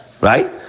right